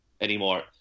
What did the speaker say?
anymore